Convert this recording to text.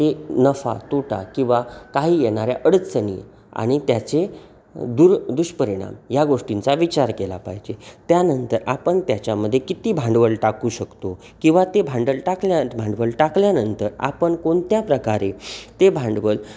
ते नफा तोटा किंवा काही येणाऱ्या अडचणी आणि त्याचे दुर दुष्परिणाम या गोष्टींचा विचार केला पाहिजे त्यानंतर आपण त्याच्यामध्ये किती भांडवल टाकू शकतो किंवा ते भांडल टाकल्या भांडवल टाकल्यानंतर आपण कोणत्या प्रकारे ते भांडवल